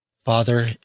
Father